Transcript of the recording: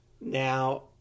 Now